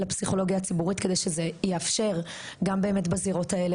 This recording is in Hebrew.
לפסיכולוגיה הציבורית כדי שזה יאפשר גם באמת בזירות האלה,